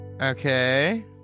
okay